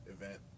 event